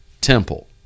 temple